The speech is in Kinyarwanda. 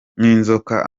n’inzoka